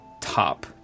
top